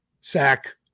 sack